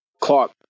Clark